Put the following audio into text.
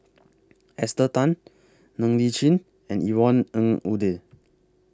Esther Tan Ng Li Chin and Yvonne Ng Uhde